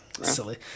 Silly